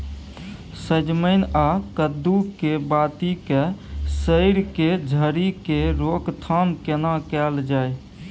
सजमैन आ कद्दू के बाती के सईर के झरि के रोकथाम केना कैल जाय?